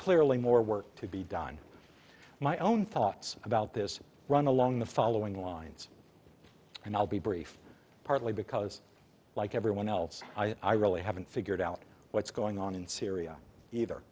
clearly more work to be done my own thoughts about this run along the following lines and i'll be brief partly because like everyone else i really haven't figured out what's going on in syria either